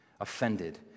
offended